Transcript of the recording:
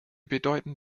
bedeuten